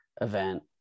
event